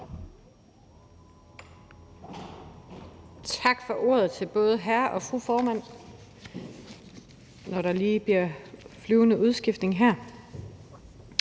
Tak for ordet til både hr. og fru formand, når der nu er flyvende udskiftning her.